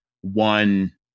one